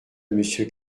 monsieur